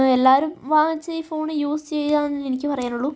എല്ലാവരും വാങ്ങിച്ച് ഈ ഫോണ് യൂസ് ചെയ്യുക എന്നെ എനിക്ക് പറയാനുള്ളു